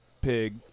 pig